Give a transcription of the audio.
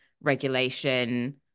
regulation